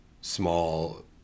small